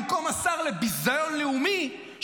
במקום השר לביזיון לאומי,